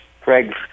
craig